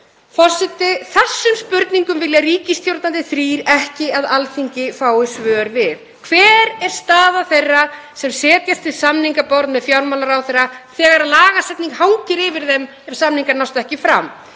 Forseti. Þessum spurningum vilja ríkisstjórnarflokkarnir þrír ekki að Alþingi fái svör við: Hver er staða þeirra sem setjast við samningaborð með fjármálaráðherra þegar lagasetning hangir yfir þeim ef samningar nást ekki fram?